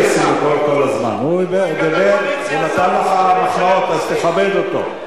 הוא דיבר ונתן לך מחמאות, אז תכבד אותו.